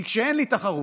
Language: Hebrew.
כי כשאין לי תחרות,